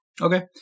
Okay